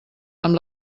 amb